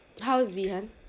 how's veehan